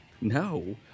No